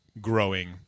growing